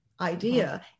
idea